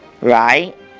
right